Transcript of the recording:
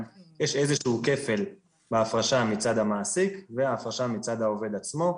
אבל יש איזה שהוא כפל בהפרשה מצד המעסיק וההפרשה מצד העובד עצמו.